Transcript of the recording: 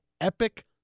epic